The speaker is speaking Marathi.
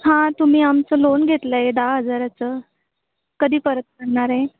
हां तुम्ही आमचं लोन घेतलं आहे दहा हजाराचं कधी परत करणार आहे